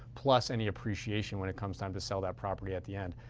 plus any appreciation when it comes time to sell that property at the end.